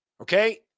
Okay